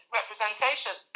representation